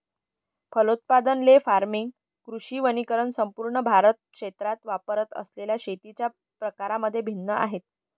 फलोत्पादन, ley farming, कृषी वनीकरण संपूर्ण भारतात क्षेत्रे वापरत असलेल्या शेतीच्या प्रकारांमध्ये भिन्न आहेत